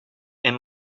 and